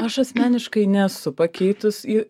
aš asmeniškai nesu pakeitus į